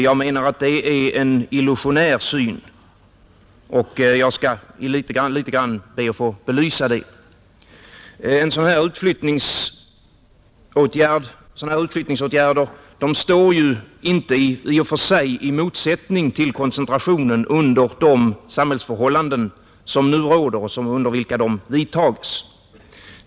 Jag menar att detta är en illusionär syn, och jag skall be att något få belysa detta. Sådana utflyttningsåtgärder står i och för sig inte i motsättning till koncentrationen under de samhällsförhållanden som nu råder och under vilka de vidtagits.